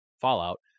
Fallout